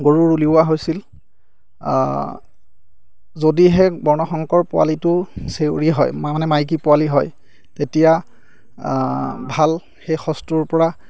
গৰুৰ উলিওৱা হৈছিল যদিহে বৰ্ণশংকৰ পোৱালিটো চেউৰী হয় মানে মাইকী পোৱালি হয় তেতিয়া ভাল সেই সঁচটোৰ পৰা